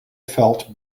felt